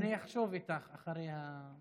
אני אחשוב איתך אחרי.